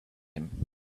him